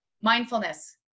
Mindfulness